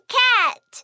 cat